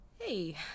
Hey